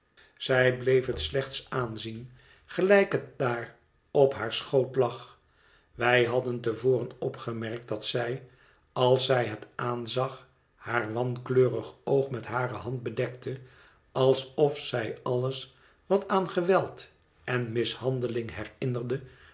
zij bleef het slechts aanzien gelijk het daar op haar schoot lag wij hadden te voren opgemerkt dat zij als zij het aanzag haar wankleurig oog met hare hand bedekte alsof zij alles wat aan geweld en mishandeling herinnerde